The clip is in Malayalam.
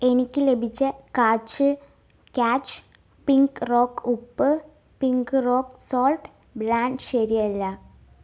എനിക്ക് ലഭിച്ച ക്യാച്ച് പിങ്ക് റോക്ക് ഉപ്പ് പിങ്ക് റോക്ക് സോൾട്ട് ബ്രാൻഡ് ശരിയല്ല